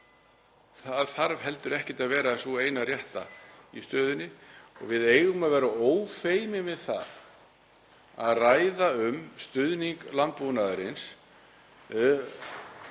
hún þarf heldur ekkert að vera sú eina rétta í stöðunni. Við eigum að vera ófeimin við það að ræða um stuðning landbúnaðarins